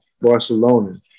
Barcelona